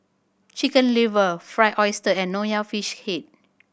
Chicken Liver Fried Oyster and Nonya Fish Head